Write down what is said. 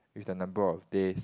with the number of this